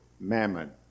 mammon